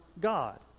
God